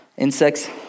Insects